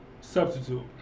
substitute